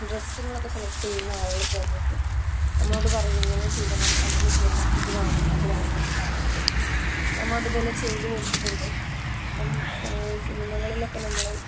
ഡ്രസ്സുകളൊക്കെ സെലക്ട് ചെയ്യുന്ന ആളുകളൊക്കെ വന്നിട്ട് നമ്മോട് പറയും ഇങ്ങനെ ചെയ്യണം അങ്ങനെ ചെയ്യണം ഇത് വേണം അത് വേണം എന്നൊക്കെ പറഞ്ഞിട്ടുണ്ട് നമ്മൾ അതുപോലെ ചെയ്ത് കൊടുത്തിട്ടുണ്ട് അപ്പം സിനിമകളിലൊക്കെ നമ്മൾ